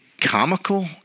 comical